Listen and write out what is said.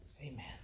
Amen